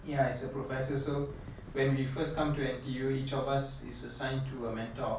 ya it's a professor so when we first come to N_T_U each of us is assigned to a mentor